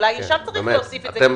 אולי שם צריך להוסיף את זה.